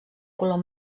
color